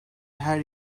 her